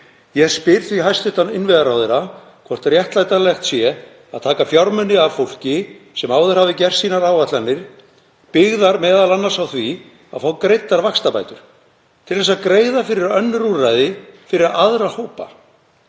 Ég spyr því hæstv. innviðaráðherra hvort réttlætanlegt sé að taka fjármuni af fólki sem áður hafi gert sínar áætlanir, byggðar m.a. á því að fá greiddar vaxtabætur, til að greiða fyrir önnur úrræði fyrir aðra hópa.